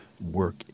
work